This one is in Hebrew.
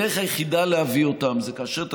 הדרך היחידה להביא אותם היא כאשר אתה